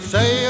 Say